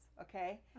Okay